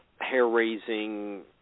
hair-raising